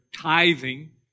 tithing